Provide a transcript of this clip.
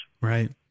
Right